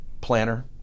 planner